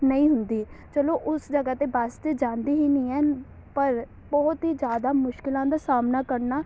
ਨਹੀਂ ਹੁੰਦੀ ਚਲੋ ਉਸ ਜਗ੍ਹਾ 'ਤੇ ਬੱਸ ਤਾਂ ਜਾਂਦੀ ਹੀ ਨਹੀਂ ਹੈ ਪਰ ਬਹੁਤ ਹੀ ਜ਼ਿਆਦਾ ਮੁਸ਼ਕਿਲਾਂ ਦਾ ਸਾਹਮਣਾ ਕਰਨਾ